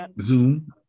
Zoom